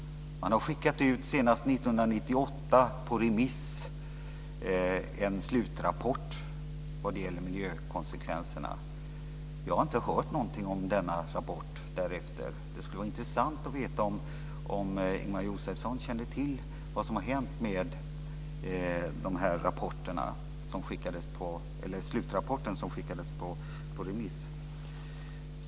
Man har senast 1998 skickat en slutrapport vad gäller miljökonsekvenserna på remiss. Jag har inte hört något om rapporten efter det. Det vore intressant att veta om Ingemar Josefsson känner till vad som har hänt med slutrapporten som skickades på remiss.